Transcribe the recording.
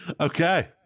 okay